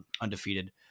undefeated